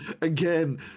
again